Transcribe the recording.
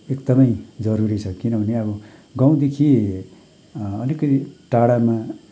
एकदमै जरुरी छ किनभने अब गाउँदेखि अलिकति टाढामा